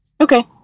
Okay